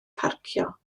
parcio